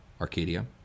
Arcadia